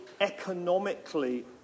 economically